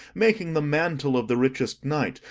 making the mantle of the richest night,